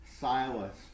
Silas